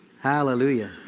Hallelujah